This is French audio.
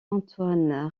antoine